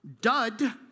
Dud